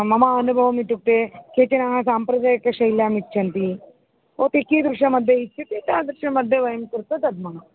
मम अनुभवः इत्युक्ते केचन साम्प्रदायिकी शैल्याम् इच्छन्ति भवती कीदृशमध्ये इच्छति तादृशमध्ये वयं कृत्वा दद्मः